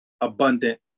abundant